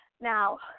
Now